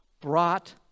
brought